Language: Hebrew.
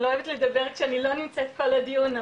אני לא אוהבת לדבר שאני לא נמצאת כל הדיון.